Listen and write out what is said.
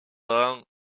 ans